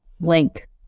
link